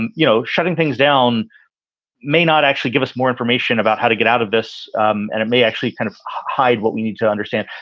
and you know, shutting things down may not actually give us more information about how to get out of this. um and it may actually kind of hide what we need to understand.